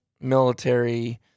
military